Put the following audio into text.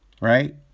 right